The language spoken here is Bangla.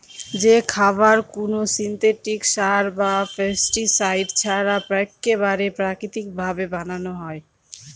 যে খাবার কোনো সিনথেটিক সার বা পেস্টিসাইড ছাড়া এক্কেবারে প্রাকৃতিক ভাবে বানানো হয়